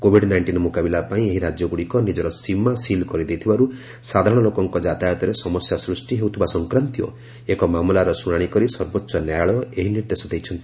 Covid nineteen ମୁକାବିଲା ପାଇଁ ଏହି ରାଜ୍ୟଗୁଡ଼ିକ ନିଜର ସୀମା ସିଲ୍ କରିଦେଇଥିବାରୁ ସାଧାରଣ ଲୋକଙ୍କ ଯାତାୟତରେ ସମସ୍ୟା ସୃଷ୍ଟି ହେଉଥିବା ସଂକ୍ରାନ୍ତୀୟ ଏକ ମାମଲାର ଶୁଣାଣି କରି ସର୍ବୋଚ୍ଚ ନ୍ୟାୟାଳୟ ଏହି ନିର୍ଦ୍ଦେଶ ଦେଇଛନ୍ତି